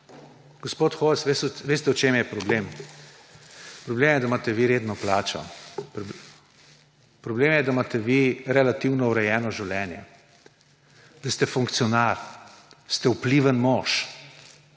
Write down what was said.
Gospod Hojs, veste v čem je problem? Problem je, da imate vi redno plačo. Problem je, da imate vi relativno urejeno življenje. Da ste funkcionar, ste vpliven mož.